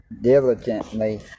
diligently